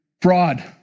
fraud